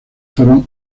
fueron